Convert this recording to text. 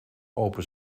open